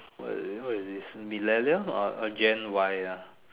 what what is this millennial or gen Y ah